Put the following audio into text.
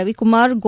Ravikumar ಗೋ